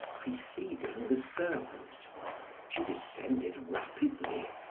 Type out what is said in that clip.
preceding the servant she descended rapidly,